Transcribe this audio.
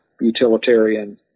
utilitarian